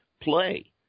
play